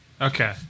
Okay